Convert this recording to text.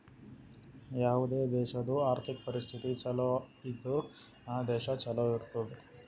ಯಾವುದೇ ದೇಶಾದು ಆರ್ಥಿಕ್ ಪರಿಸ್ಥಿತಿ ಛಲೋ ಇದ್ದುರ್ ಆ ದೇಶಾ ಛಲೋ ಇರ್ತುದ್